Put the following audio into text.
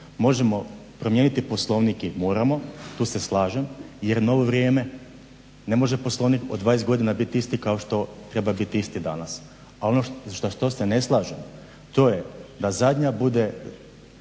možemo promijeniti Poslovnik i moramo, tu se slažem, jer je novo vrijeme, ne može Poslovnik od 20 godina biti isti kao što treba biti isti danas. A ono što se ne slažem to je da zadnja bude,